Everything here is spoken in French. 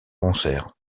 concert